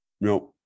Nope